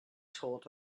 told